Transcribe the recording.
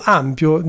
ampio